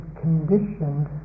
conditioned